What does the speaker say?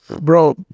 bro